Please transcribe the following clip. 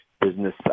business